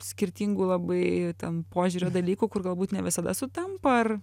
skirtingų labai ten požiūrio dalykų kur galbūt ne visada sutampa ar